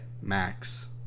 max